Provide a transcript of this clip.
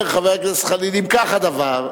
אומר חבר הכנסת חנין: אם כך הדבר,